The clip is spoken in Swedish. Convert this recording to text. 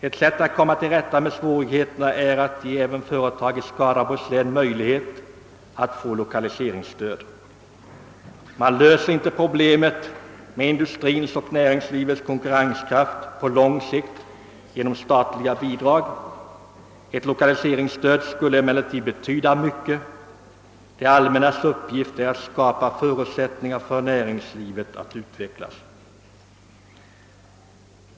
Ett sätt att komma till rätta med svårigheterna är att ge även företag i Skaraborgs län möjlighet att få lokaliseringsstöd. Man löser inte problemet med industrins och näringslivets konkurrenskraft på lång sikt genom statliga bidrag. Ett lokaliseringsstöd skulle emellertid betyda mycket, ty det allmännas uppgift är att skapa förutsättningar för näringslivets utveckling. Herr talman!